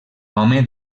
home